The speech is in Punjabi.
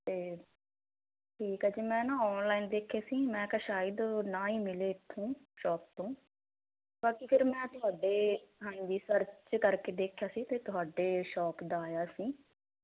ਤੇ ਠੀਕ ਆ ਜੀ ਮੈਂ ਨਾ ਆਨਲਾਈਨ ਦੇਖੇ ਸੀ ਮੈਂ ਕਿਹਾ ਸ਼ਾਇਦ ਨਾ ਹੀ ਮਿਲੇ ਇਥੋਂ ਸ਼ੋਪ ਤੋਂ ਬਾਕੀ ਫਿਰ ਮੈਂ ਤੁਹਾਡੇ ਹਾਂਜੀ ਸਰਚ ਕਰਕੇ ਦੇਖਿਆ ਸੀ ਤੇ ਤੁਹਾਡੇ ਸ਼ੌਪ ਦਾ ਆਇਆ ਸੀ